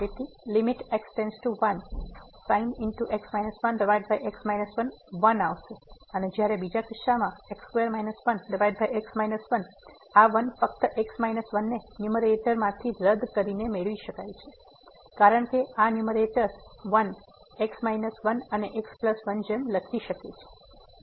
તેથી sin x 1 ⁡ ૧ આવશે અને જ્યારે બીજા કિસ્સામાં x2 1x 1 આ 1 ફક્ત આ x 1 ને ન્યુમેરેટર માંથી રદ કરીને મેળવી શકાય છે કારણ કે આ ન્યુમેરેટર ૧ x 1 અને x1 જેમ લખી શકે છે